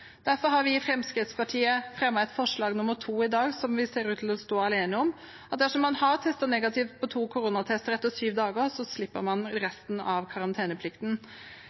Derfor har vi i Fremskrittspartiet fremmet et forslag i dag, forslag nr. 2, som vi ser ut til å stå alene om, om at dersom man har testet negativt på to koronatester etter syv dager, slipper man resten av karanteneplikten.